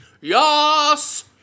Yes